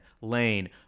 Lane